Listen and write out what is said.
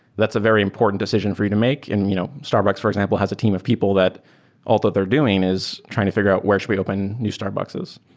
that's a very important decision for you to make. and you know starbucks for example, has a team of people that all that they're doing is trying to figure out where should we open new starbuckses.